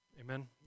amen